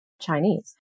Chinese